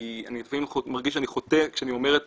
אני לפעמים מרגיש שאני חוטא כשאני אומר את